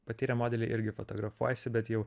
patyrę modeliai irgi fotografuojasi bet jau